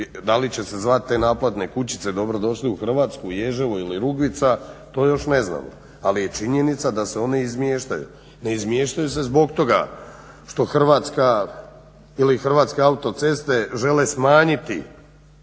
da li će se zvati te naplatne kućice Dobro došli u Hrvatsku, Ježevo ili Rugvica to još ne znamo, ali je činjenica da se one izmještaju. Ne izmještaju se zbog toga što Hrvatska ili Hrvatske autoceste žele smanjiti